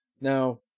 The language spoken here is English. Now